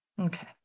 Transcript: Okay